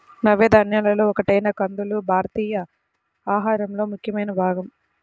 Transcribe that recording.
నవధాన్యాలలో ఒకటైన కందులు భారతీయుల ఆహారంలో ముఖ్యమైన భాగం